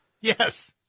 yes